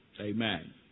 Amen